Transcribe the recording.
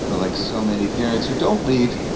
like so many parents who don't lead,